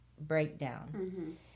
breakdown